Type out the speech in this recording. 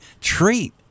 treat